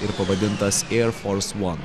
ir pavadintas ėr fors vuon